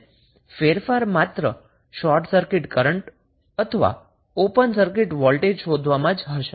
અને ફેરફાર માત્ર શોર્ટ સર્કિટ કરન્ટ અથવા ઓપન સર્કિટ વોલ્ટેજ શોધવા માં જ હશે